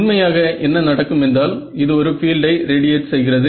உண்மையாக என்ன நடக்கும் என்றால் இது ஒரு பீல்டை ரேடியேட் செய்கிறது